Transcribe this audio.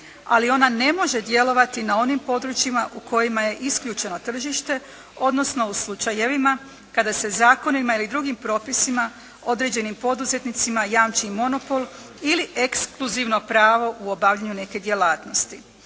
ali ona ne može djelovati na onim područjima u kojima je isključeno tržište odnosno u slučajevima kada se zakonima ili drugim propisima određenim poduzetnicima jamči monopol ili ekskluzivno pravo u obavljanju neke djelatnosti